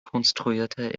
konstruierte